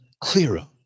clearer